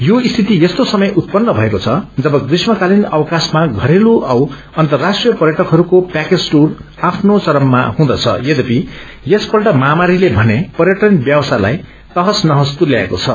यो स्थिति यस्तो समय उत्पत्र भएको छ जब ग्रीष्मकातिन अवक्रशमा घरेलू औ अन्तर्राष्ट्रीय पर्यटकहरूको प्याकेज दूर आफ्नो चरममा हुँदछ यद्यपि यसपल्ट महामारीले पर्यटन व्यवसायलाई तहस नहस तुल्याएको छ